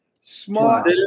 smart